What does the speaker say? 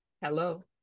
Hello